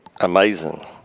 amazing